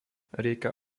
rieka